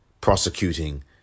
prosecuting